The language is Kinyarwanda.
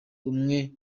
umwe